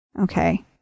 Okay